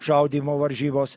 šaudymo varžybos